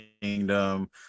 kingdom